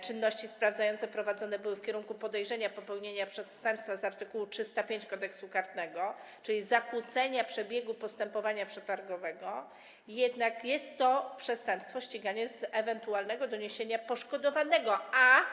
Czynności sprawdzające prowadzone były w kierunku podejrzenia popełnienia przestępstwa z art. 305 Kodeksu karnego, czyli zakłócenia przebiegu postępowania przetargowego, jednak jest to przestępstwo ścigane z ewentualnego doniesienia poszkodowanego.